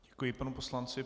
Děkuji panu poslanci.